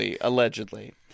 Allegedly